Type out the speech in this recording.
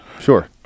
sure